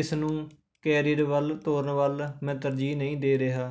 ਇਸਨੂੰ ਕੇਰੀਅਰ ਵੱਲ ਤੋਰਨ ਵੱਲ ਮੈਂ ਤਰਜੀਹ ਨਹੀਂ ਦੇ ਰਿਹਾ